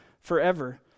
forever